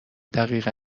دقیقن